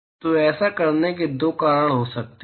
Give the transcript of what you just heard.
तो ऐसा करने के दो कारण हो सकते हैं